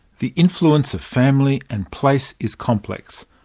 the influence of family and place is complex,